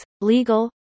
legal